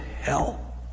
hell